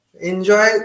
Enjoy